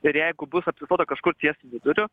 ir jeigu bus apsistota kažkur ties viduriu